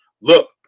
look